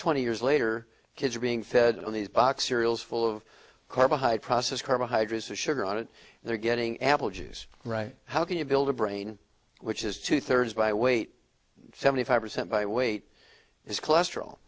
twenty years later kids are being fed on these box cereals full of car behind processed carbohydrates the sugar on it they're getting apple juice how can you build a brain which is two thirds by weight seventy five percent by weight is cholesterol